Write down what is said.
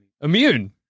Immune